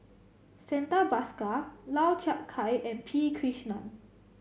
Santha Bhaskar Lau Chiap Khai and P Krishnan